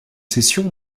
cessions